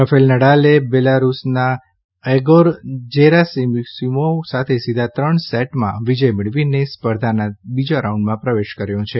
Rafael નડાલે બેલારૂસના Egor Gerasimov સામે સીધા ત્રણ સેટમાં વિજય મેળવીને સ્પર્ધાના બીજા રાઉન્ડમાં પ્રવેશ કર્યો છે